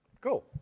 cool